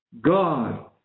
God